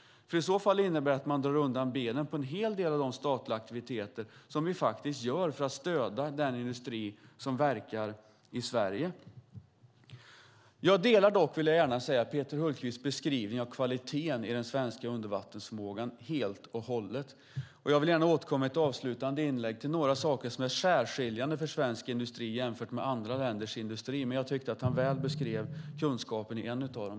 I så fall innebär det att man slår undan benen för en hel del av de statliga aktiviteter som vi gör för att stödja den industri som verkar i Sverige. Jag vill dock gärna säga att jag helt och hållet delar Peter Hultqvists beskrivning av kvaliteten i den svenska undervattensförmågan. Jag vill i ett avslutande inlägg gärna återkomma till några saker som är särskiljande för svensk industri i förhållande till andra länders industri. Jag tyckte att Peter Hultqvist väl beskrev kunskapen i en av dem.